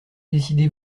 décidez